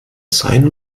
sein